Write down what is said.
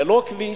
ללא כביש,